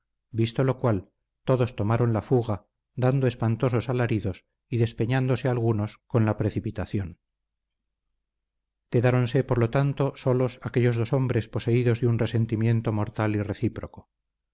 visto lo cual todos tomaron la fuga dando espantosos alaridos y despeñándose algunos con la precipitación quedáronse por lo tanto solos aquellos dos hombres poseídos de un resentimiento mortal y recíproco